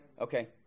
Okay